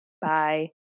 Bye